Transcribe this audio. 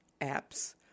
apps